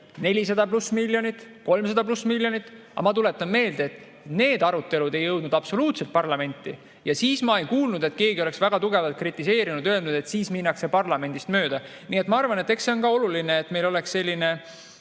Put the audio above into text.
400+ miljonit, 300+ miljonit. Aga ma tuletan meelde, et need arutelud ei jõudnud absoluutselt parlamenti ja siis ma ei kuulnud, et keegi oleks väga tugevalt kritiseerinud ja öelnud, et minnakse parlamendist mööda. Nii et ma arvan, et eks see on ka oluline, et meil oleks selline